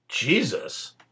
Jesus